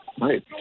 Right